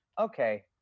okay